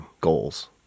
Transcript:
goals